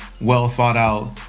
well-thought-out